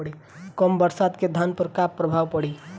कम बरसात के धान पर का प्रभाव पड़ी?